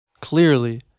clearly